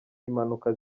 impanuka